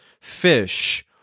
fish